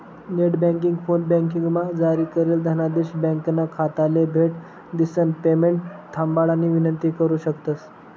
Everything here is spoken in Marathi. नेटबँकिंग, फोनबँकिंगमा जारी करेल धनादेश ब्यांकना खाताले भेट दिसन पेमेंट थांबाडानी विनंती करु शकतंस